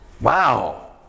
Wow